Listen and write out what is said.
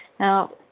Now